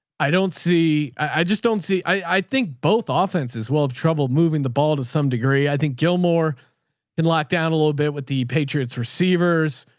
i don't see. i just don't see. i, i think both offense as well, have trouble moving the ball to some degree. i think gilmore and locked down a little bit with the patriots receivers.